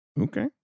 Okay